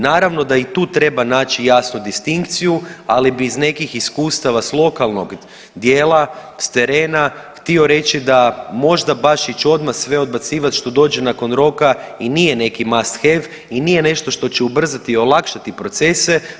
Naravno da i tu treba naći jasnu distinkciju, ali bi iz nekih iskustava s lokalnog dijela, s terena htio reći da možda baš ići sve odbacivati što dođe nakon roka i nije neki „must have“ i nije nešto što će ubrzati, olakšati procese.